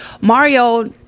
Mario